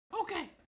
Okay